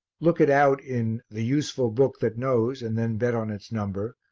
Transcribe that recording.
look it out in the useful book that knows and then bet on its number,